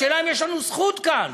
השאלה היא אם יש לנו זכות כאן?